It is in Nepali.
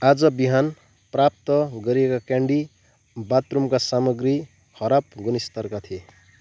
आज बिहान प्राप्त गरिएका क्यान्डी र बाथरुमका सामग्री खराब गुणस्तरका थिए